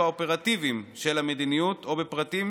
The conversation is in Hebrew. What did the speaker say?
האופרטיביים של המדיניות או בפרטים,